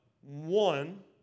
One